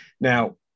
Now